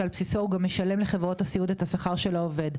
על בסיסו הוא גם משלם לחברות הסיעוד את השכר של העובד.